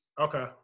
Okay